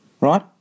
Right